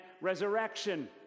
resurrection